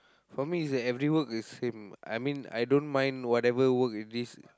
for me is like every work is same I mean I don't mind whatever work with this